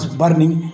burning